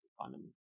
economy